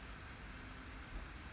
mm